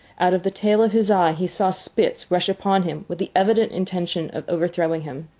out of the tail of his eye he saw spitz rush upon him with the evident intention of overthrowing him.